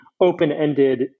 open-ended